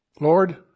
Lord